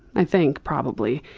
i think, probably.